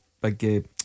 big